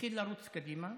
התחיל לרוץ קדימה.